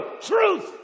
Truth